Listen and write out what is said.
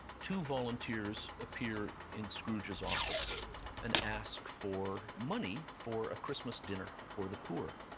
two volunteers appears in scrooge's office and ask for money for a christmas dinner for the poor.